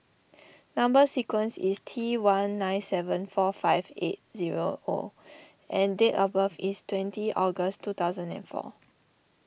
Number Sequence is T one nine seven four five eight zero O and date of birth is twenty August two thousand and four